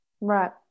Right